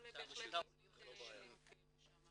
נוכל בהחלט לעשות לינק לשם.